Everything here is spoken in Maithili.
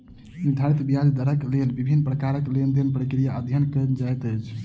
निर्धारित ब्याज दरक लेल विभिन्न प्रकारक लेन देन प्रक्रिया के अध्ययन कएल जाइत अछि